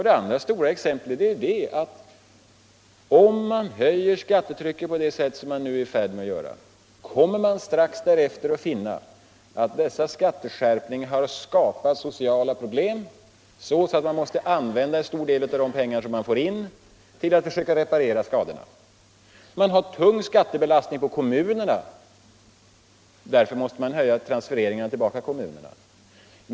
Det andra stora exemplet är att om man höjer skattetrycket på det sätt som man nu är i färd med att göra, kommer man strax därefter att finna att skatteskärpningarna har skapat sådana sociala problem att man måste använda en stor del av de pengar som man får in till att försöka reparera skadorna. Man har tung skattebelastning på kommunerna, och därför måste man höja transfereringarna tillbaka till kommunerna.